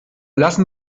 lassen